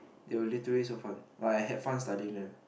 it were literally so fun but I had fun studying them